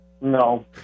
No